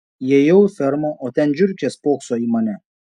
įėjau į fermą o ten žiurkė spokso į mane